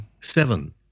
Seven